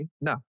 No